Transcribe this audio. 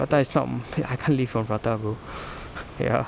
prata is not mi~ I can't live on prata bro ya